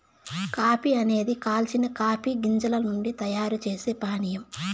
coffee అనేది కాల్చిన coffee గింజల నుండి తయారు చేసే పానీయం